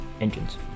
engines